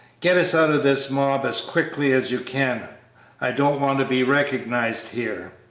get us out of this mob as quickly as you can i don't want to be recognized here.